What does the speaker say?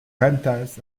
rentals